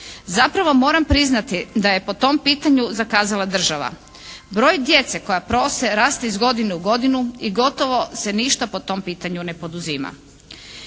Zapravo moram priznati da je po tom pitanju zakazala država. Broj djece koja prose raste iz godine u godinu i gotovo se ništa po tom pitanju ne poduzima.